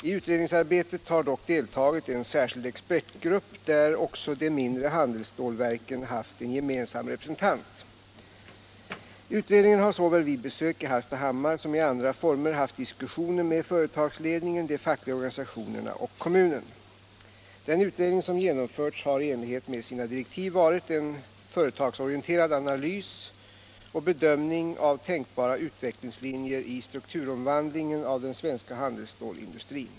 I utredningsarbetet har dock deltagit en särskild expertgrupp. där också de mindre handelsstålsverken haft en gemensam representant. Utredningen har såväl vid besök i Hallstahammar som i andra former haft diskussioner med företagsledningen, de fackliga organisationerna och kommunen. Den utredning som genomförts har i enlighet med sina direktiv varit en företagsorienterad analys och bedömning av tänkbara utvecklingslinjer i strukturomvandlingen av den svenska handelsstålsindustrin.